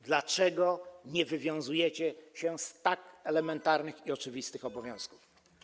Dlaczego nie wywiązujecie się z tak elementarnych i oczywistych obowiązków?